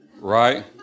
Right